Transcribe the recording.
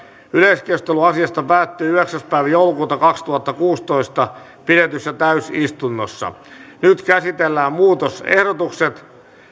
yleiskeskustelu asiasta päättyi yhdeksäs kahdettatoista kaksituhattakuusitoista pidetyssä täysistunnossa nyt käsitellään muutosehdotukset